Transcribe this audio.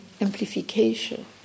amplification